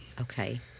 Okay